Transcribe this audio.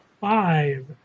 five